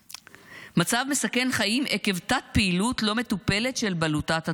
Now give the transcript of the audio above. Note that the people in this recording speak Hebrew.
מצב מסכן חיים עקב תת-פעילות לא מטופלת של בלוטת התריס.